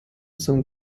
zum